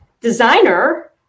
designer